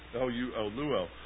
l-u-o